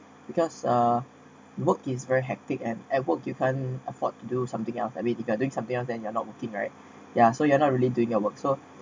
because uh work is very hectic and at work you can afford to do something else I mean if you are doing something else then your not working right yeah so you're not really doing your work so